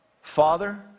Father